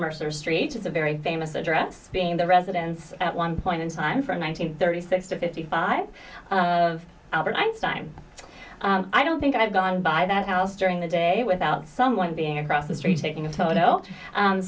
mercer street has a very famous address being the residence at one point in time from i think thirty six to fifty five albert einstein i don't think i've gone by that house during the day without someone being across the street taking a photo